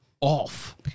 off